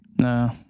No